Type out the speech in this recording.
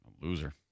loser